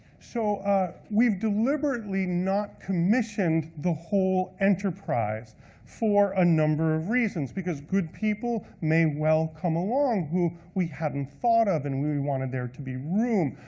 so ah we've deliberately not commissioned the whole enterprise for a number of reasons because good people may well come along who we hadn't thought of, and we we wanted there to be room.